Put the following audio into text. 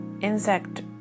insect